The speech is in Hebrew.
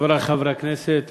חברי חברי הכנסת,